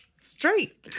straight